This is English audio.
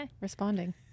responding